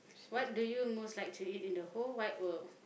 what do you most like to eat in the whole wide world